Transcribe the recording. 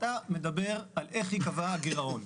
אתה מדבר על איך ייקבע הגירעון,